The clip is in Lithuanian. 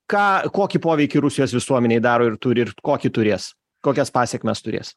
ką kokį poveikį rusijos visuomenei daro ir turi ir kokį turės kokias pasekmes turės